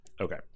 Okay